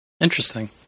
Interesting